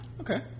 Okay